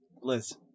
Liz